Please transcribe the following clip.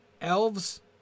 Elves